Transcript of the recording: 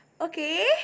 okay